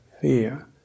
fear